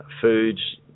foods